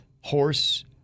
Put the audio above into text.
Horse